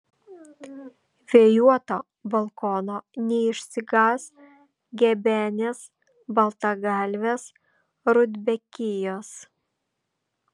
vėjuoto balkono neišsigąs gebenės baltagalvės rudbekijos